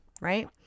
right